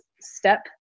step